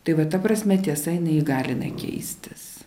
tai va ta prasme įgalina keistis